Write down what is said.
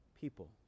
people